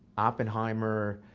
oppenheimer,